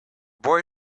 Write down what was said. boy